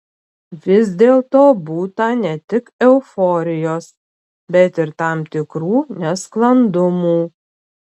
vis dėlto būta ne tik euforijos bet ir tam tikrų nesklandumų